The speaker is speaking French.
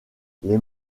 les